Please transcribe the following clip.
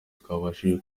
twabashije